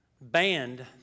banned